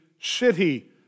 city